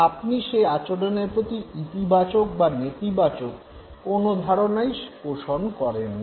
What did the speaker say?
আপনি সেই আচরণের প্রতি ইতবাচক বা নেতি বাচক কোনো ধারণাই পোষণ করেন না